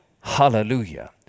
hallelujah